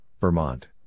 Vermont